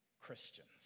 Christians